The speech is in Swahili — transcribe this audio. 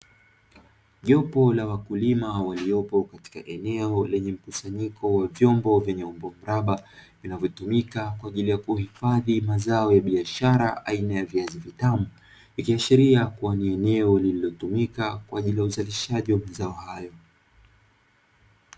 Jopo la wakulima waliopo katika eneo lenye mkusanyiko wa vyombo vyenye umbo mraba vinavyotumika kwa ajili ya kuhifadhi mazao ya biashara aina ya viazi vitamu, ikiashiria kuwa ni eneo lililotumika kwa ajili ya uzalishaji wa mazao hayo.